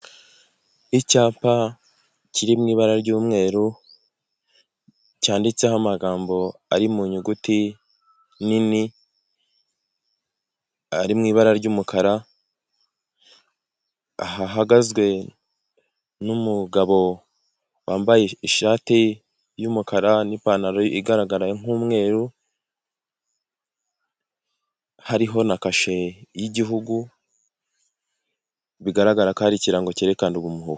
Icyapa kiri mu ibara ry'umweru, cyanditseho amagambo ari mu nyuguti nini, ari mu ibara ry'umukara, hahagazwe n'umugabo wambaye ishati y'umukara n'ipantaro igaragara nk'umweru, hariho na kashe yigihugu, bigaragara ko hari ikirango cyerekana ubumuntu.